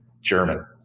German